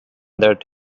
that